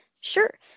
Sure